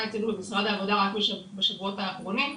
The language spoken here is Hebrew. אצלנו במשרד העבודה רק בשבועות האחרונים.